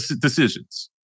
decisions